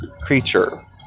creature